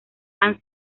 han